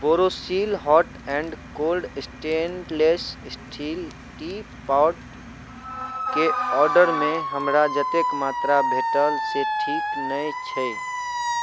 Borosil hot and cold stainless steel tea पॉटके ऑर्डरमे हमरा जतेक मात्रा भेटल से ठीक नहि छै